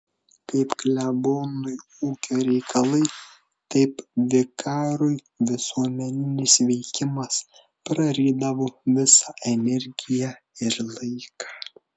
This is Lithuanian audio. kaip klebonui ūkio reikalai taip vikarui visuomeninis veikimas prarydavo visą energiją ir laiką